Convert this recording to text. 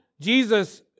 Jesus